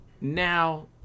now